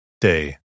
Day